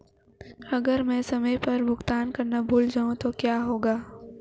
अगर मैं समय पर भुगतान करना भूल जाऊं तो क्या होगा?